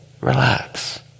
relax